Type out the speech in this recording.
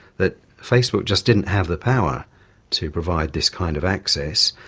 that facebook just didn't have the power to provide this kind of access,